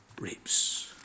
rapes